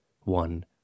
one